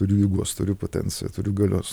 turiu jėgos turiu potenciją turiu galios